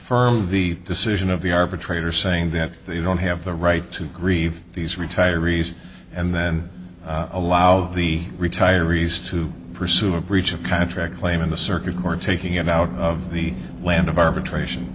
rm the decision of the arbitrator saying that they don't have the right to grieve these retirees and then allow the retirees to pursue a breach of contract claim in the circuit court taking it out of the land of arbitration